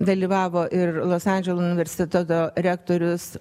dalyvavo ir los andželo universiteto rektorius